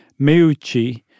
Meucci